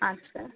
আচ্ছা